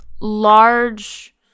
large